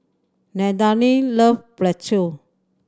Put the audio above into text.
Nadine loves Pretzel